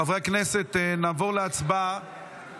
חברי הכנסת, נעבור להצבעה